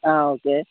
ആ ഓക്കെ